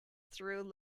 through